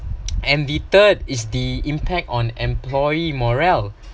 and the third is the impact on employee morale